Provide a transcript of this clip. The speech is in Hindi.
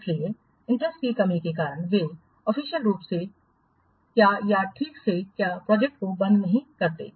इसलिएइंटरेस्ट की कमी के कारण वे ऑफिशियल रूप से क्या या ठीक से क्या प्रोजेक्टको बंद नहीं करते हैं